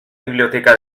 biblioteca